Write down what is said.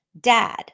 Dad